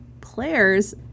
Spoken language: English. players